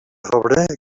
febrer